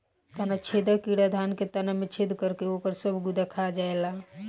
तना छेदक कीड़ा धान के तना में छेद करके ओकर सब गुदा खा जाएला